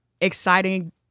exciting